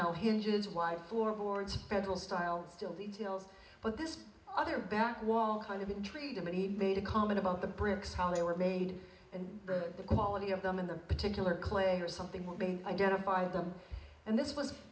know hinges wife for boards federal style still details but this other back wall kind of intrigued him and he made a comment about the bricks how they were made and the quality of them in the particular clay or something were being identified them and this was